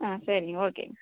ம் சரிங்க ஓகேங்க